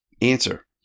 answer